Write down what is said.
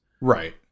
Right